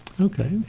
Okay